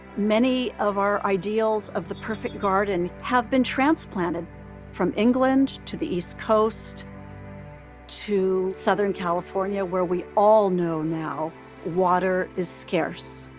many of our ideals of the perfect garden have been transplanted from england to the east coast to southern california, where we all know now water is scarce,